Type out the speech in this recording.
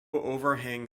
overhang